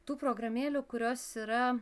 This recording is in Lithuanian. tų programėlių kurios yra